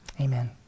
Amen